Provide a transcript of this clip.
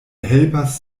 helpas